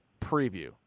preview